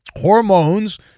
hormones